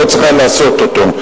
לא צריך היה לעשות אותו.